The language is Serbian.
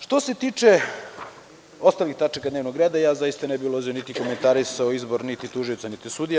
Što se tiče ostalih tačaka dnevnog reda, zaista ne bih ulazio niti komentarisao izbor niti tužioca, niti sudije.